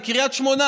לקריית שמונה.